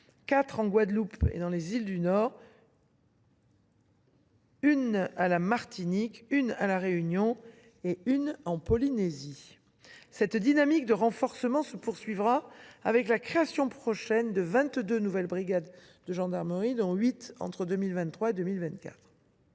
à la Guadeloupe et dans les îles du Nord, une à la Martinique, une à La Réunion et une en Polynésie. Cette dynamique de renforcement se poursuivra avec la création prochaine de vingt deux nouvelles brigades de gendarmerie, dont huit entre 2023 et 2024.